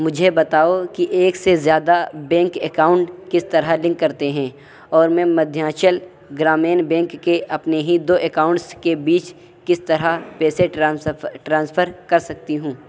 مجھے بتاؤ کہ ایک سے زیادہ بینک اکاؤنٹ کس طرح لنک کرتے ہیں اور میں مدھیانچل گرامین بینک کے اپنے ہی دو اکاؤنٹس کے بیچ کس طرح پیسے ٹرانسفر کر سکتی ہوں